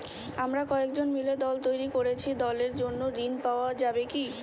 আমরা কয়েকজন মিলে দল তৈরি করেছি দলের জন্য ঋণ পাওয়া যাবে কি?